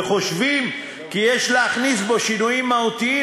וחושבים כי יש להכניס בו שינויים מהותיים